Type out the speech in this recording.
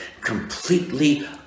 completely